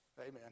Amen